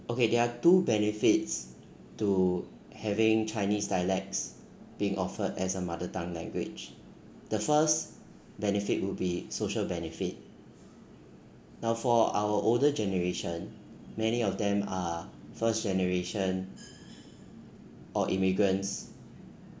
okay there are two benefits to having chinese dialects being offered as a mother tongue language the first benefit would be social benefit now for our older generation many of them are first generation or immigrants